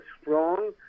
strong